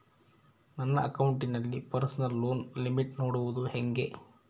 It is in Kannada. ನನ್ನ ಅಕೌಂಟಿನಲ್ಲಿ ಪರ್ಸನಲ್ ಲೋನ್ ಲಿಮಿಟ್ ನೋಡದು ಹೆಂಗೆ?